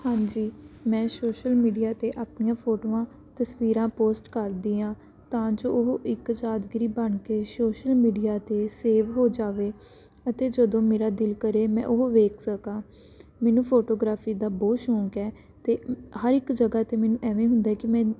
ਹਾਂਜੀ ਮੈਂ social media 'ਤੇ ਆਪਣੀਆਂ ਫੋਟੋਆਂ ਤਸਵੀਰਾਂ ਪੋਸਟ ਕਰਦੀ ਹਾਂ ਤਾਂ ਜੋ ਉਹ ਇੱਕ ਯਾਦਗਿਰੀ ਬਣ ਕੇ ਸੋਸ਼ਲ ਮੀਡੀਆ 'ਤੇ ਸੇਵ ਹੋ ਜਾਵੇ ਅਤੇ ਜਦੋਂ ਮੇਰਾ ਦਿਲ ਕਰੇ ਮੈਂ ਉਹ ਵੇਖ ਸਕਾਂ ਮੈਨੂੰ ਫੋਟੋਗ੍ਰਾ੍ਫੀ ਦਾ ਬਹੁਤ ਸ਼ੌਂਕ ਹੈ ਅਤੇ ਹਰ ਇੱਕ ਜਗ੍ਹਾ 'ਤੇ ਮੈਨੂੰ ਐਵੇਂ ਹੁੰਦਾ ਕਿ ਮੈਂ